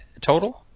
total